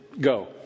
go